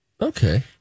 Okay